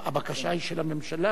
הממשלה, שאתה מתכוון לתמוך בה.